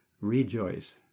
rejoice